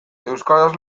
euskaraz